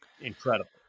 incredible